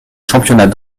championnat